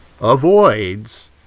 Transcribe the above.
avoids